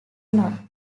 not